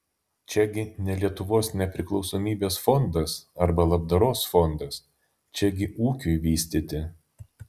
čiagi ne lietuvos nepriklausomybės fondas arba labdaros fondas čiagi ūkiui vystyti